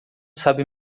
sabe